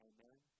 Amen